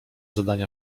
zadania